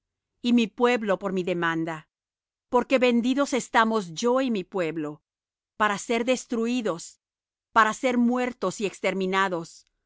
y mi pueblo por mi demanda porque vendidos estamos yo y mi pueblo para ser destruídos para ser muertos y exterminados